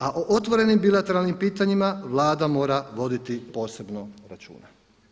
A o otvorenim bilateralnim pitanjima, Vlada mora voditi posebno računa.